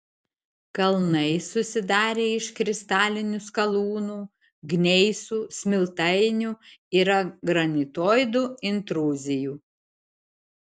kalnai susidarę iš kristalinių skalūnų gneisų smiltainių yra granitoidų intruzijų